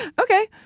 Okay